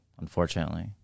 unfortunately